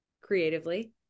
creatively